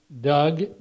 Doug